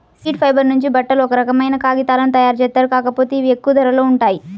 seed fibre నుంచి బట్టలు, ఒక రకమైన కాగితాలను తయ్యారుజేత్తారు, కాకపోతే ఇవి ఎక్కువ ధరలో ఉంటాయి